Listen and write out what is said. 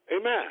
Amen